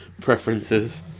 preferences